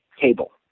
table